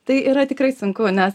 tai yra tikrai sunku nes